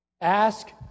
ask